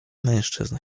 mężczyzn